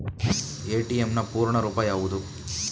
ATM ನ ಪೂರ್ಣ ರೂಪ ಯಾವುದು?